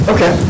Okay